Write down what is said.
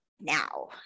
now